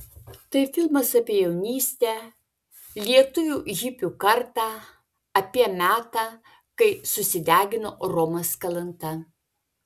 tai filmas apie jaunystę lietuvių hipių kartą apie metą kai susidegino romas kalanta